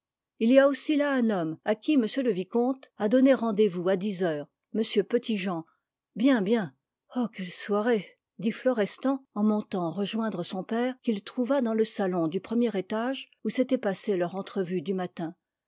il y a aussi là un homme à qui m le vicomte a donné rendez-vous à dix heures m petit-jean bien bien oh quelle soirée dit florestan en montant rejoindre son père qu'il trouva dans le salon du premier étage où s'était passée leur entrevue du matin